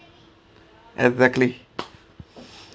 exactly